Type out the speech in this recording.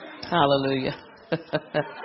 Hallelujah